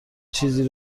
چیزی